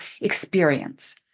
experience